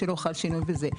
שלא חל שינוי בזה.